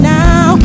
now